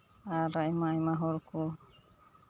ᱟᱨ ᱟᱭᱢᱟ ᱟᱭᱢᱟ ᱦᱚᱲ ᱠᱚ